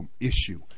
issue